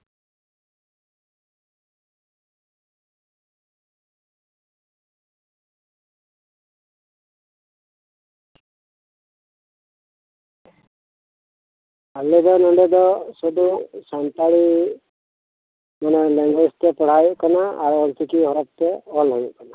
ᱟᱞᱮ ᱫᱚ ᱱᱚᱸᱰᱮ ᱫᱚ ᱥᱩᱫᱩ ᱥᱟᱱᱛᱟᱲᱤ ᱞᱮᱝᱜᱩᱭᱮᱡ ᱞᱮ ᱯᱟᱲᱦᱟᱣ ᱠᱚᱣᱟ ᱟᱨ ᱚᱞᱪᱤᱠᱤ ᱦᱚᱨᱚᱯᱷ ᱛᱮ ᱚᱞ ᱦᱩᱭᱩᱜ ᱠᱟᱱᱟ